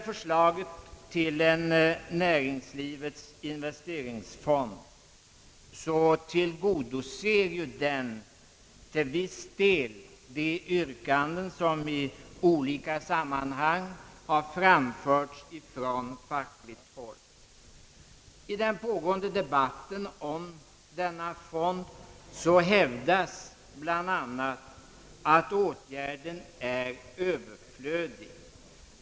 Förslaget om en näringslivets investeringsfond tillgodoser i viss mån de yrkanden, som i olika sammanhang har framförts från fackligt håll. I den pågående debatten om inrättandet av denna fond hävdas bl.a. att en sådan åtgärd är överflödig.